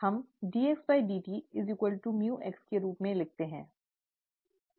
हम dx dt µx के रूप में लिखते हैं